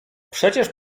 przecież